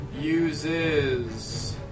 uses